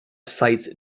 cites